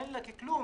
אין עליך כלום."